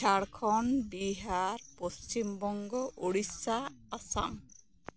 Jharkhand Bihar Paschim Banga Odisha Assam